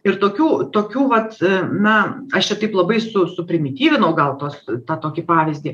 ir tokių tokių vat na aš čia taip labai su suprimityvinau gal tos tą tokį pavyzdį